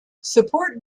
support